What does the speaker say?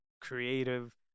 creative